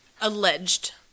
Alleged